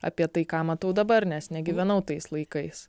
apie tai ką matau dabar nes negyvenau tais laikais